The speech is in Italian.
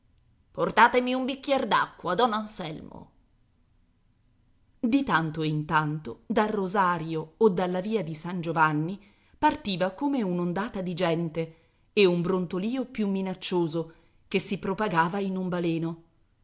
portatemi un bicchier d'acqua don anselmo di tanto in tanto dal rosario o dalla via di san giovanni partiva come un'ondata di gente e un brontolìo più minaccioso che si propagava in un baleno